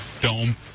Dome